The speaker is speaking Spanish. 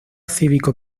cívico